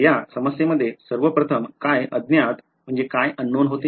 तर या समस्येमध्ये सर्वप्रथम काय अज्ञात होते